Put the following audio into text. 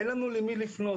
אין לנו למי לפנות.